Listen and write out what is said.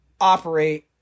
operate